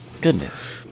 Goodness